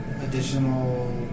additional